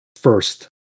first